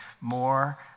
more